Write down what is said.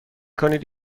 کنید